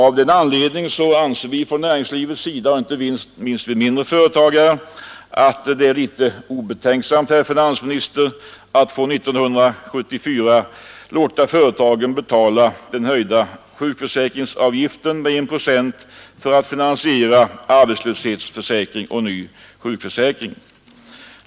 Av den anledningen anser vi inom näringslivet, inte minst då de mindre företagarna, att det är obetänksamt, herr finansminister, att från 1974 låta företagen betala den med 1 procent höjda sjukförsäkringsavgiften för att därmed finansiera en aviserad arbetslöshetsförsäk ring och en ny sjukförsäkring.